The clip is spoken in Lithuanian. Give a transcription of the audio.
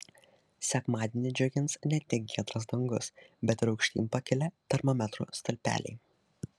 sekmadienį džiugins ne tik giedras dangus bet ir aukštyn pakilę termometrų stulpeliai